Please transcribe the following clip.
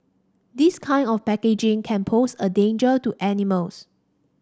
this kind of packaging can pose a danger to animals